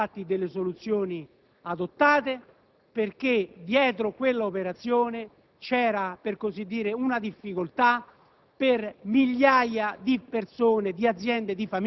Per queste ragioni, siamo soddisfatti delle soluzioni adottate, perché dietro quell'operazione c'era - per così dire - una difficoltà